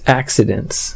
accidents